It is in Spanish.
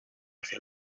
hacia